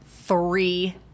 three